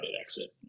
exit